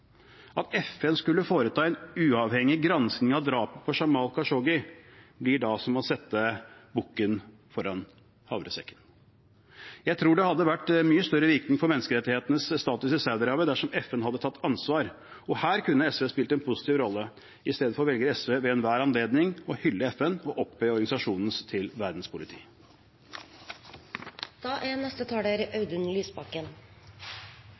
At FN skulle foreta en uavhengig gransking av drapet på Jamal Khashoggi, blir som å sette bukken foran havresekken. Jeg tror det hadde hatt mye større virkning for menneskerettighetenes status i Saudi-Arabia dersom FN hadde tatt ansvar. Her kunne SV spilt en positiv rolle. I stedet velger SV ved enhver anledning å hylle FN og opphøye organisasjonen til verdenspoliti. Saudi-Arabia er